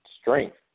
strength